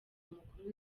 umukuru